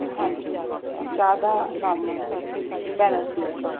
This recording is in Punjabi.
ਹਾਂਜੀ ਓ ਚਾਹ ਦਾ ਨੋਰਮਲ ਟੈੱਨ ਰੁਪਏ ਕੱਪ